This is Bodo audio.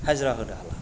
हाजिरा होनो हाला